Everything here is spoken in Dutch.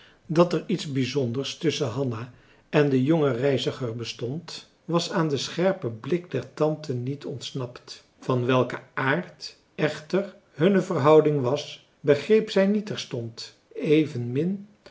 dat er iets bijzonders tusschen hanna en den jongen reiziger bestond was aan den scherpen blik der tante niet ontsnapt van welken aard echter hunne verhouding was begreep zij niet terstond